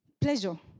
Pleasure